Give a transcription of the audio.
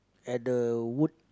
at the wood